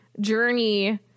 journey